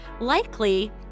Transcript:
Likely